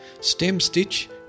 Stem-stitch